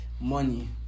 money